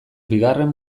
bigarren